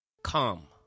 Come